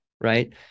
right